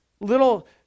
little